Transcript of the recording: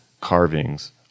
carvings